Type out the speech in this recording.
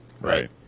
right